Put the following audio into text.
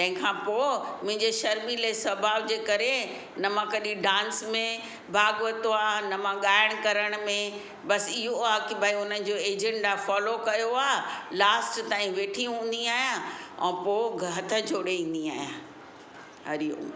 तंहिंखां पोइ मुंहिंजे शर्मीले स्वभावु जे करे न मां कॾहिं डांस में भाग वरितो आहे न मां ॻाईण करण में बसि इहो आहे की भई हुनजो एजेंडा फ़ॉलो कयो आहे लास्ट तईं वेठी हूंदी आहियां ऐं पोइ हथ जोड़े ईंदी आहियां हरी ओम